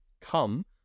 come